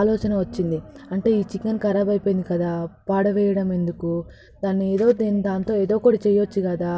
ఆలోచన వచ్చింది అంటే ఈ చికెన్ కరాబ్ అయిపొయింది కదా పాడవేయడం ఎందుకు దాన్ని ఏదో దాంతో ఏదో ఒకటి చేయొచ్చు కదా